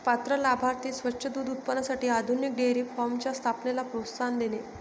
पात्र लाभार्थी स्वच्छ दूध उत्पादनासाठी आधुनिक डेअरी फार्मच्या स्थापनेला प्रोत्साहन देणे